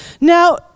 Now